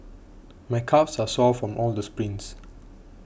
my calves are sore from all the sprints